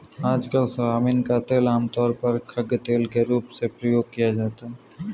आजकल सोयाबीन का तेल आमतौर पर खाद्यतेल के रूप में प्रयोग किया जाता है